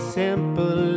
simple